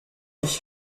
ich